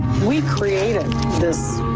we created this